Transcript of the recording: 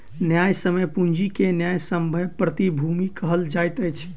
न्यायसम्य पूंजी के न्यायसम्य प्रतिभूति कहल जाइत अछि